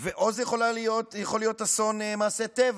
זה יכול להיות אסון טבע,